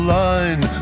line